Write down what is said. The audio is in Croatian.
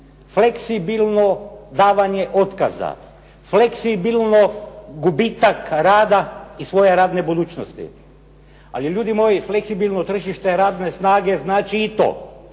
fleksibilno davanje otkaza, fleksibilno gubitak rada i svoje radne budućnosti. Ali ljudi moji fleksibilno tržište radne snage znači i to